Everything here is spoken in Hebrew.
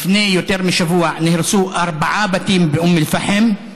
לפני יותר משבוע נהרסו ארבעה בתים באום אל-פחם,